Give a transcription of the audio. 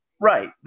Right